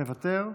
מוותר,